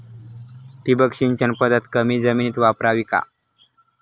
ठिबक सिंचन पद्धत कमी जमिनीत वापरावी का?